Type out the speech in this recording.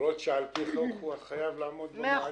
למרות שעל פי חוק הוא חייב לעמוד בנהלים.